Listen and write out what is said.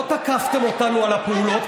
לא תקפתם אותנו על הפעולות,